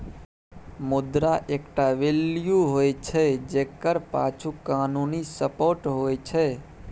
मुद्रा एकटा वैल्यू होइ छै जकर पाछु कानुनी सपोर्ट होइ छै